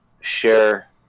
share